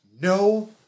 no